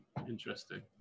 Interesting